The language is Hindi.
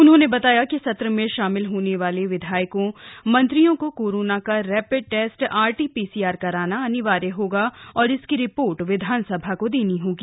उन्होंने बताया कि सत्र में शामिल होने वाले विधायकों मंत्रियों को कोरोना का rapid test RT PCR test कराना अनिवार्य होगा और उसकी रिपोर्ट विधानसभा को देनी होगी